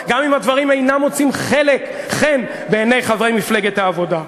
גם אם הדברים אינם מוצאים חן בעיני חברי מפלגת העבודה.